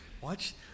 Watch